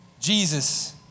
Jesus